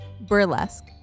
Burlesque